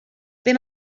been